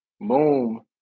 boom